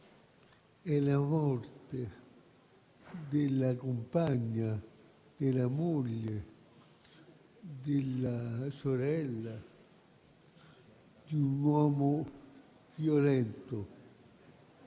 è la morte della compagna, della moglie o della sorella di un uomo violento;